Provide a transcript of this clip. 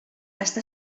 està